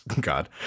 God